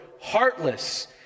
heartless